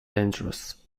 dangerous